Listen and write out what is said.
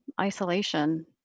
isolation